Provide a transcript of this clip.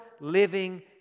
living